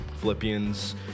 Philippians